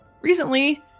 recently